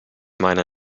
meine